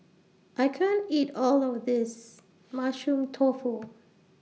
I can't eat All of This Mushroom Tofu